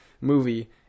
movie